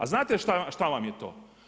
A znate šta vam je to?